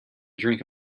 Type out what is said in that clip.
drink